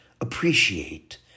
appreciate